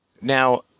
Now